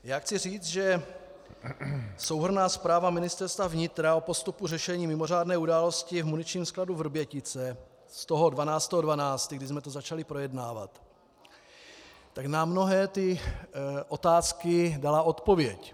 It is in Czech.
Já chci říci, že souhrnná zpráva Ministerstva vnitra o postupu řešení mimořádné události v muničním skladu Vrbětice z 12. 12., kdy jsme to začali projednávat, na mnohé ty otázky dala odpověď.